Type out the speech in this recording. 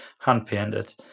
hand-painted